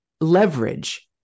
leverage